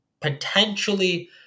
potentially